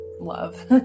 love